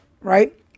right